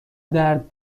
درد